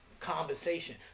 conversation